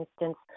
instance